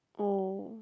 oh